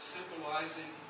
Symbolizing